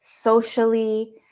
socially